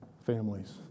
families